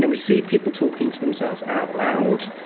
and we see people talking to themselves out loud,